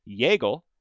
Yeagle